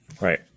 Right